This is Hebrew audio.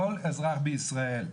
כל אזרח בישראל,